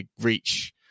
reach